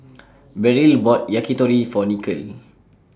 Beryl bought Yakitori For Nikole